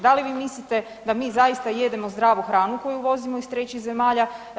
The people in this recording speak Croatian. Da li vi mislite da mi zaista jedemo zdravu hranu koju uvozimo iz trećih zemalja?